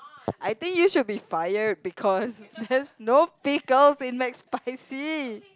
I think you should be fired because there's no pickles in McSpicy